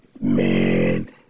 man